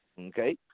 Okay